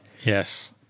Yes